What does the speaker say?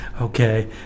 Okay